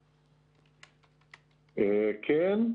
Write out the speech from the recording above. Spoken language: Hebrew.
כן.